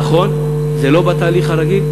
נכון שזה לא בתהליך הרגיל.